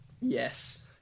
Yes